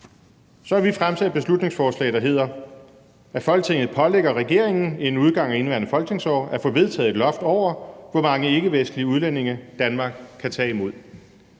Vi har så fremsat et beslutningsforslag, hvor det hedder, at Folketinget pålægger regeringen inden udgangen af indeværende folketingsår at få vedtaget et loft over, hvor mange ikkevestlige udlændinge Danmark kan tage imod.